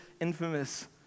infamous